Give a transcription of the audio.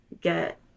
get